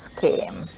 came